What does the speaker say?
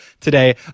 today